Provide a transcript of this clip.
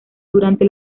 durante